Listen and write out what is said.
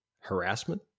harassment